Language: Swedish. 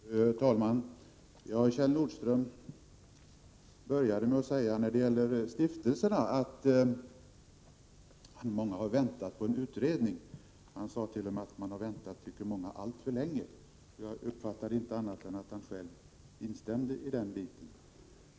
Fru talman! Kjell Nordström sade inledningsvis beträffande stiftelserna att många har väntat på en utredning om dessa. Han sade t.o.m. att många tycker att de har väntat alltför länge på en sådan. Som jag uppfattade honom instämde han själv med dem.